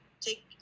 take